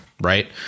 right